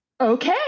Okay